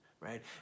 right